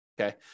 okay